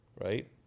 right